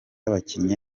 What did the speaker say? abakinnyi